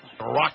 Rock